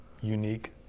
unique